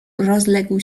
rozległ